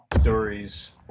stories